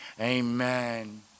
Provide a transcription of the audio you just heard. Amen